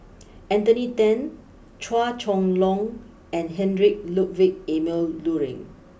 Anthony then Chua Chong long and Heinrich Ludwig Emil Luering